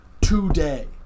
today